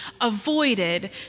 avoided